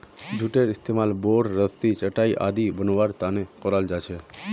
जूटेर इस्तमाल बोर, रस्सी, चटाई आदि बनव्वार त न कराल जा छेक